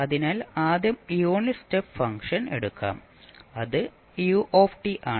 അതിനാൽ ആദ്യം unit step function എടുക്കാം അത് u ആണ്